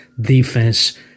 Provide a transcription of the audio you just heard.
defense